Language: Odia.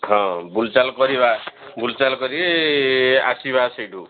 ହଁ ବୁଲଚାଲ କରିବା ବୁଲଚାଲ କରିକି ଆସିବା ସେଇଠୁ